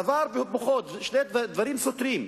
דבר והיפוכו, שני דברים סותרים.